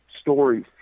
stories